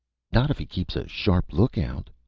not if he keeps a sharp look-out.